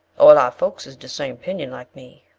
all our folks is de same pinion like me,